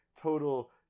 total